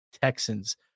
Texans